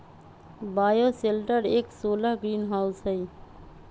bioshelter एक solar greenhouse हई